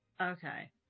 Okay